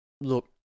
look